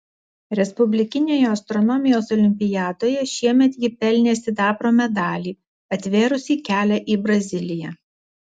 respublikinėje astronomijos olimpiadoje šiemet ji pelnė sidabro medalį atvėrusį kelią į braziliją